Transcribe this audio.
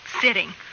sitting